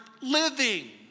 living